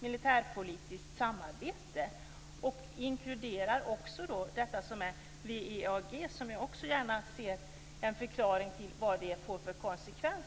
militärpolitiskt samarbete. Det inkluderar också WEAG, vars konsekvenser jag också gärna vill ha förklarade.